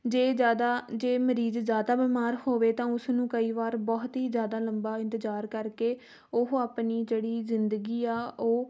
ਜੇ ਜ਼ਿਆਦਾ ਜੇ ਮਰੀਜ਼ ਜ਼ਿਆਦਾ ਬਿਮਾਰ ਹੋਵੇ ਤਾਂ ਉਸਨੂੰ ਕਈ ਵਾਰ ਬਹੁਤ ਹੀ ਜ਼ਿਆਦਾ ਲੰਬਾ ਇੰਤਜ਼ਾਰ ਕਰਕੇ ਉਹ ਆਪਣੀ ਜਿਹੜੀ ਜ਼ਿੰਦਗੀ ਆ ਉਹ